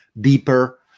deeper